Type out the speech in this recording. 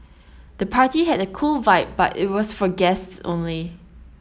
the party had a cool vibe but it was for guests only